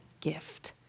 gift